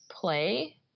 play